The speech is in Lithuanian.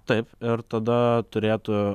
taip ir tada turėtų